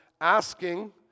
asking